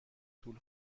طول